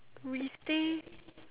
we stay